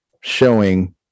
showing